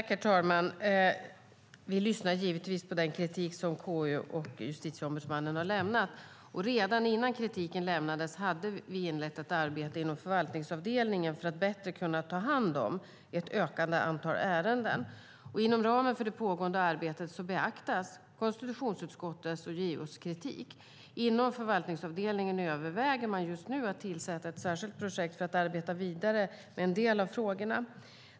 Herr talman! Vi lyssnar givetvis på den kritik som KU och Justitieombudsmannen har lämnat. Redan innan kritiken lämnades hade vi inlett ett arbete inom förvaltningsavdelningen för att bättre kunna ta hand om ett ökande antal ärenden. Inom ramen för det pågående arbetet beaktas konstitutionsutskottets och JO:s kritik. Inom förvaltningsavdelningen överväger man just nu att tillsätta ett särskilt projekt för att arbeta vidare med en del av frågorna.